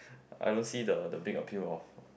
I don't see the the big appeal of